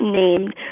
named